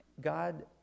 God